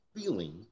feeling